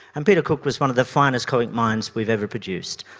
and peter cook was one of the finest comic minds we've ever produced.